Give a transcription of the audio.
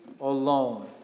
alone